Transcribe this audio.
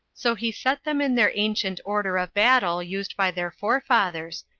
so he set them in their ancient order of battle used by their forefathers,